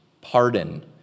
pardon